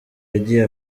yagiye